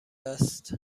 است